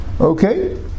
Okay